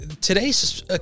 today's